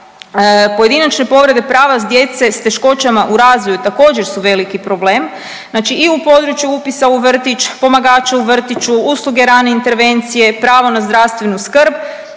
Pojedinačne povrede prava djece s teškoćama u razvoju također su veliki problem. Znači i u području upisa u vrtić, pomagača u vrtiću, usluge rane intervencije, pravo na zdravstvenu skrb.